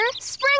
Spring